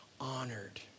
honored